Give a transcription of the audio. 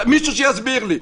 מישהו שיסביר לי.